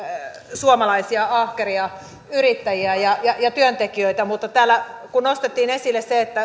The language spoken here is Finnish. suomalaisia ahkeria yrittäjiä ja ja työntekijöitä täällä nostettiin esille se